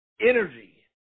energy